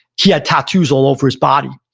he had tattoos all over his body.